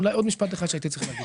אולי עוד משפט אחד שהייתי צריך להגיד.